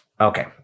Okay